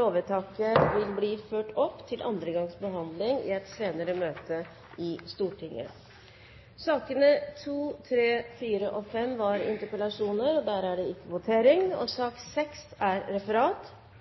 Lovvedtaket vil bli ført opp til andre gangs behandling i et senere møte i Stortinget. I sakene nr. 2, 3, 4 og 5 foreligger det ikke